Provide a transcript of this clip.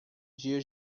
dia